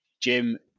Jim